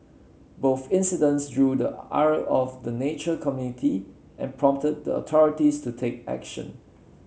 both incidents drew the ire of the nature community and prompted the authorities to take action